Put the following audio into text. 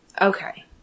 Okay